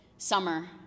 Summer